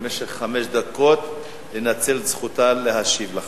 במשך חמש דקות לנצל את זכותה להשיב לך.